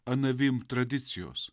anavim tradicijos